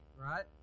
right